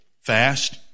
fast